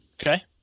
Okay